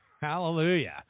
Hallelujah